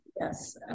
yes